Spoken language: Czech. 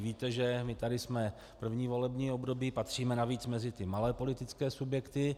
Víte, že my tady jsme první volební období, patříme navíc mezi malé politické subjekty.